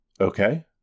Okay